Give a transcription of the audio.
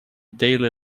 daily